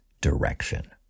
direction